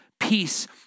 Peace